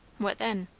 what then?